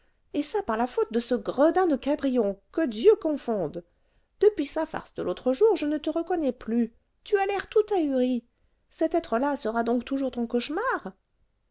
et ça par la faute de ce gredin de cabrion que dieu confonde depuis sa farce de l'autre jour je ne te reconnais plus tu as l'air tout ahuri cet être-là sera donc toujours ton cauchemar